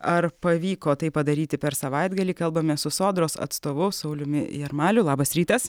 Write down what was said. ar pavyko tai padaryti per savaitgalį kalbamės su sodros atstovu sauliumi jarmaliu labas rytas